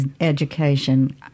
education